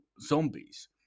zombies